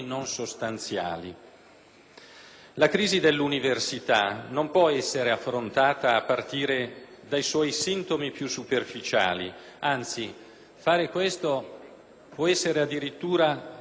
La crisi dell'università non può essere affrontata a partire dai suoi sintomi più superficiali, anzi fare questo può essere addirittura controproducente,